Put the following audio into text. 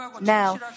Now